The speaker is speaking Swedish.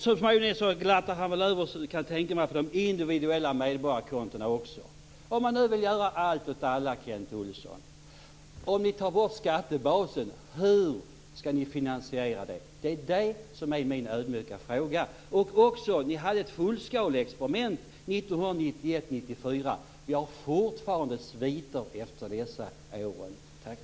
Förmodligen glattar han väl över de individuella medborgarkontona också. Kent Olsson! Hur skall ni finansiera detta, om ni nu vill göra allt åt alla och ni tar bort skattebasen? Det är min ödmjuka fråga. Ni hade ett fullskaleexperiment 1991-1994. Vi ser fortfarande sviter efter dessa år. Tack!